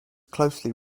closely